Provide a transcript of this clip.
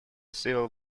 civil